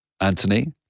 Anthony